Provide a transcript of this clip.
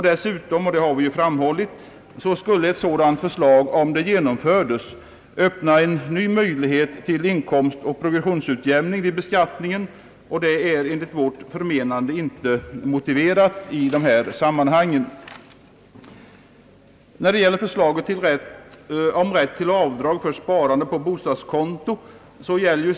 Dessutom skulle ett sådant förslag om det genomfördes öppna en ny möjlighet till inkomstoch progressionsutjämning vid beskattningen, och enligt vårt förmenande är detta inte motiverat i de här sammanhangen. I stort sett samma argument gäller beträffande förslaget om rätt till avdrag för sparande på bostadskonto.